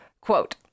Quote